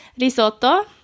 risotto